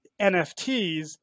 NFTs